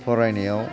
फरायनायाव